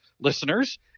listeners